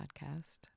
podcast